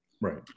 Right